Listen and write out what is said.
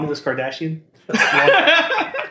Kardashian